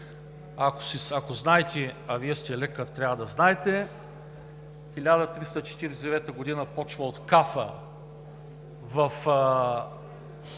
Ако знаете, а Вие сте лекар, трябва да знаете – 1349 г. започва от Кафа, в така